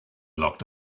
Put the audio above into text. locked